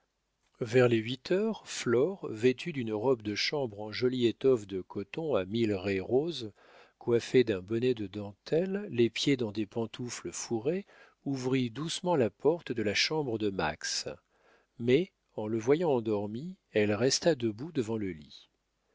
vers les huit heures flore vêtue d'une robe de chambre en jolie étoffe de coton à mille raies roses coiffée d'un bonnet de dentelles les pieds dans des pantoufles fourrées ouvrit doucement la porte de la chambre de max mais en le voyant endormi elle resta debout devant le lit